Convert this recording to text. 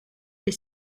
est